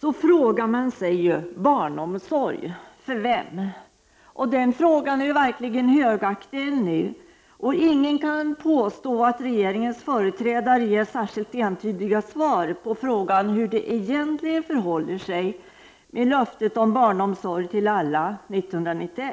undrar jag för vem barnomsorgen är avsedd. Den frågan är verkligen högaktuell nu. Ingen kan påstå att regeringens företrädare ger särskilt entydiga svar på frågan om hur det egentligen förhåller sig med löftet om barnomsorg till alla 1991.